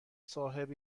صاحب